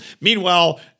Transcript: Meanwhile